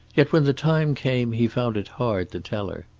yet, when the time came, he found it hard to tell her.